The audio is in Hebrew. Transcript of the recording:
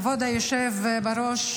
כבוד היושב בראש,